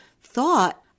thought